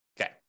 Okay